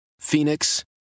Phoenix